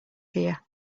here